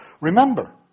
remember